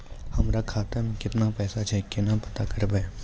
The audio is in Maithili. हमरा खाता मे केतना पैसा छै, केना पता करबै?